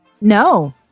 No